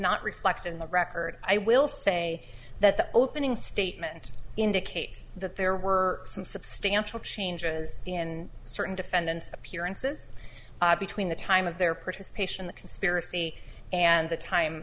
not reflect in the record i will say that the opening statement indicates that there were some substantial changes and certain defendants appearances between the time of their participation the conspiracy and the time